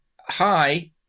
hi